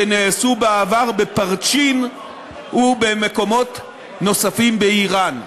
שנעשו בעבר בפרצ'ין ובמקומות נוספים באיראן.